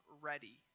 ready